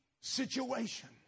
situation